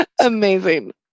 Amazing